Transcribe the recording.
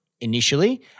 initially